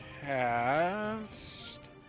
cast